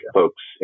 folks